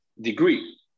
degree